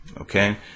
okay